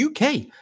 UK